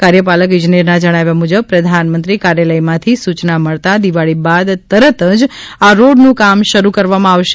કાર્યપાલક ઇજનેરના જણાવ્યા મુજબ પ્રધાનમંત્રી કાર્યાલયમાંથી સૂચના મળતા દિવાળી બાદ તરત જ આ રોડનું કામ શરૂ કરવામાં આવશે